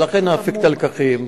ולכן נפיק את הלקחים,